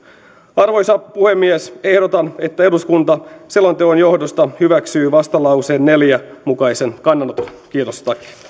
arvoisa puhemies ehdotan että eduskunta selonteon johdosta hyväksyy vastalauseen neljän mukaisen kannanoton kiitos